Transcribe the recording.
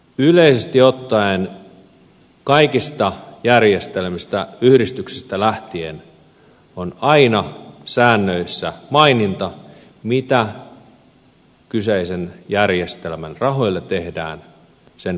yleisesti ottaen kaikista järjestelmistä yhdistyksistä lähtien on aina säännöissä maininta mitä kyseisen järjestelmän rahoille tehdään sen purkautuessa